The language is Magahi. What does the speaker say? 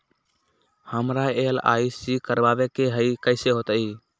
हमरा एल.आई.सी करवावे के हई कैसे होतई?